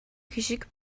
хишиг